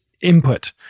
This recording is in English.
input